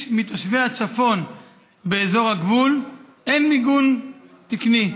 מתושבי הצפון באזור הגבול אין מיגון תקני.